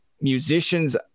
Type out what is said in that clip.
musicians